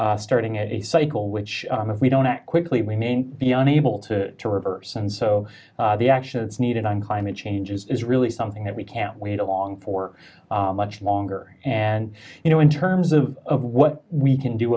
starting a cycle which if we don't act quickly we may be unable to to reverse and so the action it's needed on climate change is really something that we can't wait along for much longer and you know in terms of what we can do